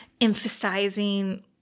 emphasizing